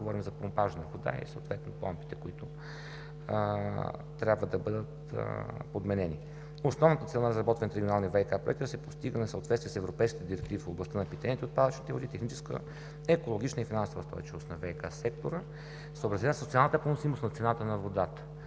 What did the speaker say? говорим за помпажна вода, и съответно помпите, които трябва да бъдат подменени. Основната цел на разработваните регионални ВиК проекти е да се постигне съответствие с европейските директиви в областта на питейните и отпадъчните води, техническа, екологична и финансова устойчивост на ВиК сектора, съобразени със социалната поносимост на цената на водата.